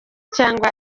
cyangwa